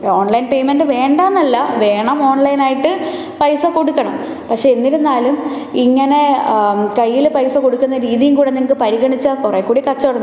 online payment വേണ്ടാന്നല്ല വേണം ഓൺലൈനായിട്ട് പൈസ കൊടുക്കണം പക്ഷെ എന്നിരുന്നാലും ഇങ്ങനെ കൈയില് പൈസ കൊടുക്കുന്ന രീതിയും കൂടെ നിങ്ങള്ക്ക് പരിഗണിച്ചാല് കുറേക്കൂടി കച്ചവടം